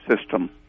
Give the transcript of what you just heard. system